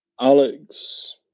Alex